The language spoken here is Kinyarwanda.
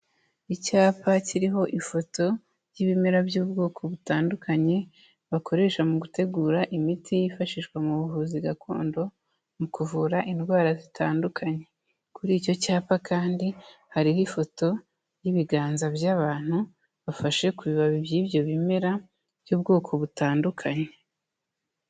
Icyapa kiriho ifoto y'ibimera by'ubwoko butandukanye bakoresha mu gutegura imiti yifashishwa mu buvuzi gakondo mu kuvura indwara zitandukanye, kuri icyo cyapa kandi hariho ifoto y'ibiganza by'abantu bifashe ku bibabi by'ibyo bimera by'ubwoko butandukanye.